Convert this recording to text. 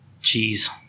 cheese